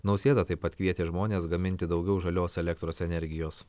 nausėda taip pat kvietė žmones gaminti daugiau žalios elektros energijos